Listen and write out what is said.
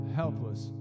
helpless